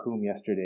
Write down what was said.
yesterday